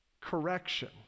Correction